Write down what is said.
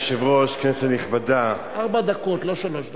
ארבע דקות, לא שלוש דקות.